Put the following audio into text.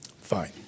Fine